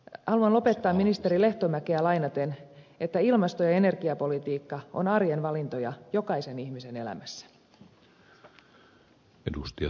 haluan lopettaa ministeri lehtomäkeä lainaten että ilmasto ja energiapolitiikka on arjen valintoja jokaisen ihmisen elämässä